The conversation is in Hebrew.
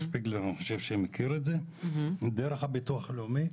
אני חושב ששפיגלר מכיר את זה דרך הביטוח לאומי,